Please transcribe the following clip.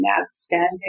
outstanding